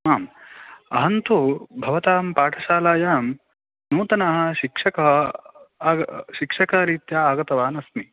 आं अहं तु भवतां पाठशालायां नूतनः शिक्षकः आग् शिक्षकरीत्य आगतवान् अस्मि